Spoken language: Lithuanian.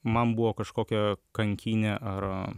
man buvo kažkokia kankynė ar